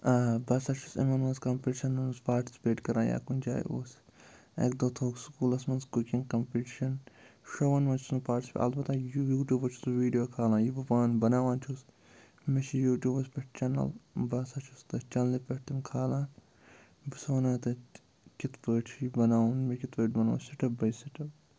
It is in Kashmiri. آ بہٕ ہَسا چھُس یِمَن منٛز کَمپِٹشَن منٛز پاٹسِپیٹ کَران یا کُنہِ جایہِ اوس اَکہِ دۄہ تھوٚوُکھ سُکوٗلَس منٛز کُکِنٛگ کَمپِٹشَن شووَن مَنٛز چھُس نہٕ اَلبتہ یوٗٹیوٗبَس چھُس بہٕ ویٖڈیو کھالان یہِ بہٕ پانہٕ بَناوان چھُس مےٚ چھِ یوٗٹیوٗبَس پٮ۪ٹھ چَنَل بہٕ ہَسا چھُس تٔتھۍ چَنلہِ پٮ۪ٹھ تِم کھالان بہٕ چھُس وَنان تَتہِ کِتھ پٲٹھۍ چھُ یہِ بَناوُن مےٚ کِتھ پٲٹھۍ بَنوو سِٹٮ۪پ بَے سِٹٮ۪پ